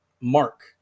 mark